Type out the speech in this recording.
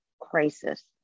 crisis